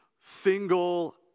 single